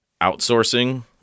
outsourcing